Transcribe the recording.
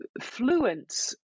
fluent